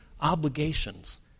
obligations